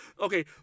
Okay